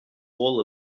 goal